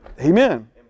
Amen